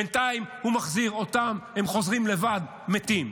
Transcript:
בינתיים הוא מחזיר אותם, הם חוזרים לבד מתים.